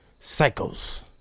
Psychos